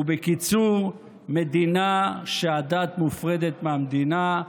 ובקיצור מדינה שבה הדת מופרדת מהמדינה,